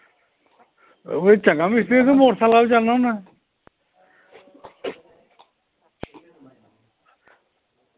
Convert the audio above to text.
ओह् चंगा मिस्तरी ऐ तूं मोटरसैकल उप्पर जन्ना होन्ना